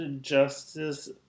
justice